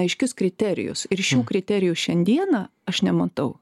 aiškius kriterijus ir šių kriterijų šiandieną aš nematau